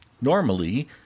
Normally